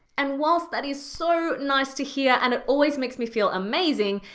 and whilst that is so nice to hear and it always makes me feel amazing,